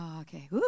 Okay